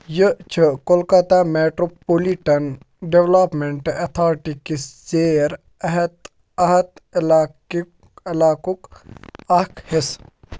یہِ چھِ Kolkata metropolitan development authority کِس ژیر اٮ۪حط اَحط علاقہِ علاقُک اَکھ حصہٕ